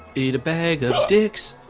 eat a bag of dicks